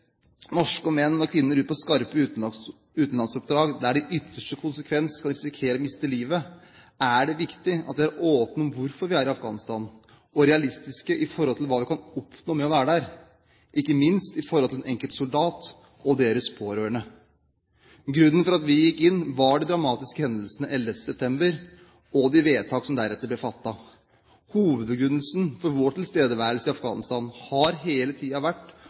menn og kvinner ut på skarpe utenlandsoppdrag der de i ytterste konsekvens kan risikere å miste livet, er det viktig at vi er åpne om hvorfor vi er i Afghanistan, og realistiske med tanke på hva vi kan oppnå med å være der, ikke minst overfor den enkelte soldat og deres pårørende. Grunnen til at vi gikk inn, var de dramatiske hendelsene 11. september 2001 og de vedtak som deretter ble fattet. Hovedbegrunnelsen for vår tilstedeværelse i Afghanistan har hele tiden vært